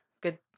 good